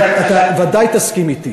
אתה ודאי תסכים אתי